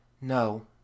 No